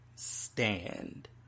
Stand